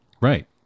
right